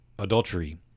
adultery